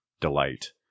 delight